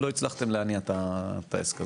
לא הצלחתם להניע את העסק הזה,